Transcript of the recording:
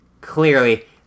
Clearly